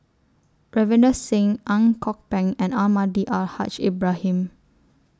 Ravinder Singh Ang Kok Peng and Almahdi Al Haj Ibrahim